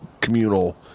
communal